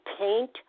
Paint